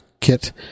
kit